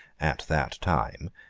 at that time,